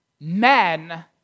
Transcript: Men